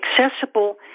accessible